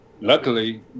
luckily